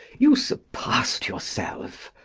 you surpassed yourself.